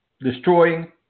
destroying